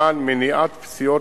למען מניעת פציעות